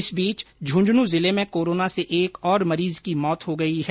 इस बीच झुन्झुनू जिले में कोरोना से एक और मरीज की मौत हो गई है